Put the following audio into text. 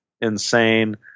insane